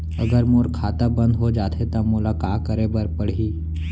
अगर मोर खाता बन्द हो जाथे त मोला का करे बार पड़हि?